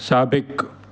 साबिक़ु